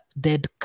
dead